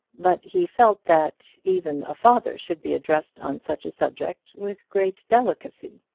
but he felt that even a father should be addressed on such a subject with great delicacy.